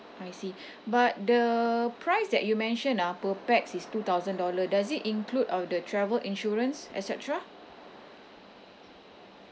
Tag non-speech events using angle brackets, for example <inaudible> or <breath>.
I see <breath> but the price that you mentioned ah per pax is two thousand dollar does it include of the travel insurance et cetera